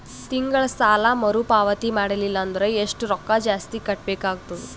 ತಿಂಗಳ ಸಾಲಾ ಮರು ಪಾವತಿ ಮಾಡಲಿಲ್ಲ ಅಂದರ ಎಷ್ಟ ರೊಕ್ಕ ಜಾಸ್ತಿ ಕಟ್ಟಬೇಕಾಗತದ?